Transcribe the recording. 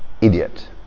idiot